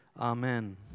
amen